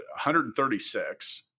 136